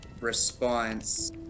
response